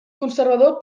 conservador